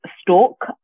stalk